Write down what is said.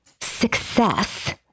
success